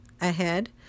ahead